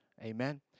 Amen